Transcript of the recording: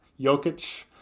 Jokic